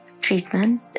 treatment